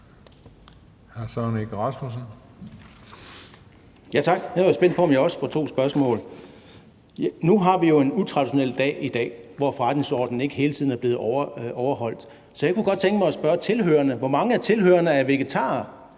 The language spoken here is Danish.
Kl. 14:00 Søren Egge Rasmussen (EL): Tak. Jeg var spændt på, om jeg også får to spørgsmål. Nu har vi jo en utraditionel dag i dag, hvor forretningsordenen ikke hele tiden er blevet overholdt, så jeg kunne godt tænke mig at spørge tilhørerne om noget: Hvor mange af tilhørerne er vegetarer?